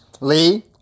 Lee